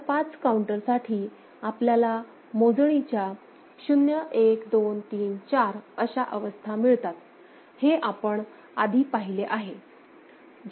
mod 5 counter साठी आपल्याला मोजणीच्या 0 1 2 3 4 अशा अवस्था मिळतात हे आपण आधी पाहिले आहे